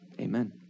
Amen